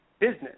business